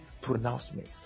pronouncement